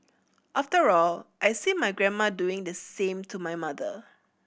after all I see my grandma doing the same to my mother